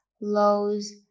lows